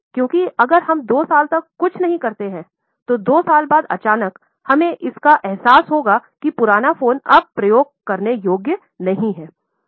क्योंकि अगर हम 2 साल तक कुछ नहीं करते हैं तो 2 साल बाद अचानक हमें इसका एहसास होगा कि पुराना फोन अब प्रयोग करने योग्य नहीं है